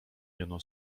jeno